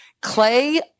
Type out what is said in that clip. Clay